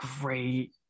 great